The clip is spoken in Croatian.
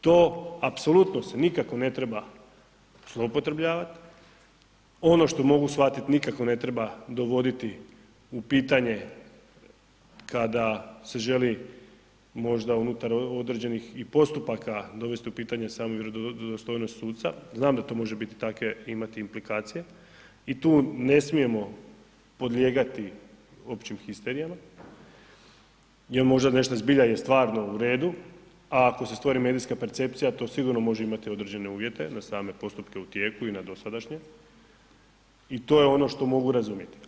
To apsolutno se nikako ne treba zloupotrebljavati, ono što mogu shvatiti, nikako ne treba dovoditi u pitanje kada se želi možda unutar određenih i postupaka dovesti u pitanje samu vjerodostojnost suca, znam da može imati implikacije i tu ne smijemo podlijegati općim histerijama jer možda nešto zbilja je stvarno uredu, a ako se stvori medijska percepcija to sigurno može imati određene uvjete na same postupke u tijeku i na dosadašnje i to je ono što mogu razumjeti.